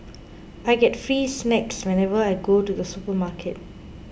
I get free snacks whenever I go to the supermarket